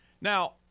Now